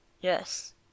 Yes